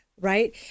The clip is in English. right